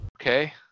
Okay